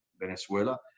venezuela